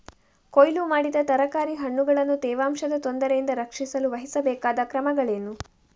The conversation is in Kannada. ಕೊಯ್ಲು ಮಾಡಿದ ತರಕಾರಿ ಹಣ್ಣುಗಳನ್ನು ತೇವಾಂಶದ ತೊಂದರೆಯಿಂದ ರಕ್ಷಿಸಲು ವಹಿಸಬೇಕಾದ ಕ್ರಮಗಳೇನು?